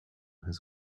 his